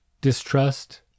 Distrust